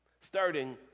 starting